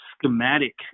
schematic